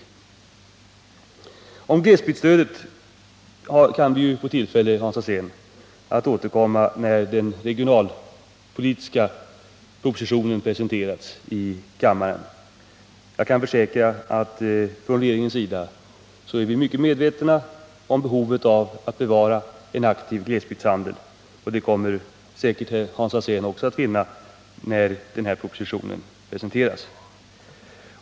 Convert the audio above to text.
Till glesbygdsstödet kan vi få tillfälle att återkomma, Hans Alsén, när den regionalpolitiska propositionen presenteras i kammaren. Jag kan försäkra att regeringen är mycket medveten om behovet att bevara en aktiv glesbygdshandel, och det kommer säkert också Hans Alsén att finna när propositionen presenteras.